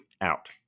out